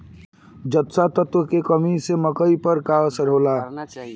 जस्ता तत्व के कमी से मकई पर का असर होखेला?